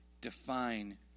define